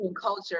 culture